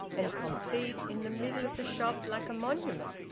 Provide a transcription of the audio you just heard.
and complete in the middle of the shop, like a monument?